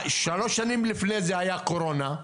שלוש שנים לפני זה הייתה הקורונה,